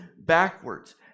backwards